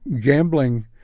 Gambling